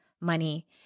money